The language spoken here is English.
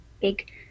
big